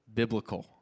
biblical